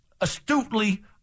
astutely